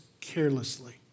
carelessly